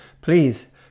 Please